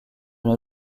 une